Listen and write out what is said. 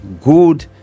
good